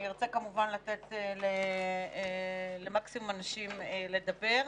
ארצה כמובן לתת למקסימום אנשים לדבר,